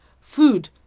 Food